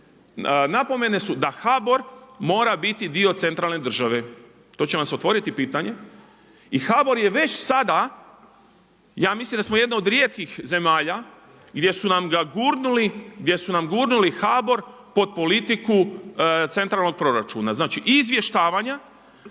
napomene su da HBOR mora biti dio centralne države. To će vam se otvoriti pitanje i HBOR je već sada, ja mislim da smo jedna od rijetkih zemalja gdje su nam ga gurnuli gdje su nam gurnuli HBOR pod politiku centralnog proračuna, znači izvještavanja